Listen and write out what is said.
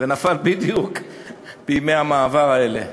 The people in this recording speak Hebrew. ונפל בדיוק בימי המעבר האלה.